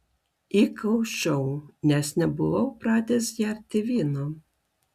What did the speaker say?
įkaušau nes nebuvau pratęs gerti vyno